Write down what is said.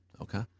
Okay